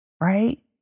right